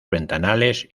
ventanales